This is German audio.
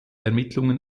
ermittlungen